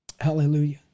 Hallelujah